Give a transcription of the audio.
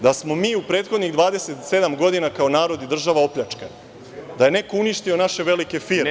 Da smo mi u prethodnih 27 godina kao narod i država opljačkani, da je neko uništio naše velike firme.